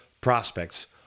prospects